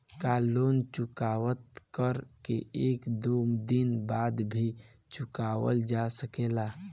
का लोन चुकता कर के एक दो दिन बाद भी चुकावल जा सकेला?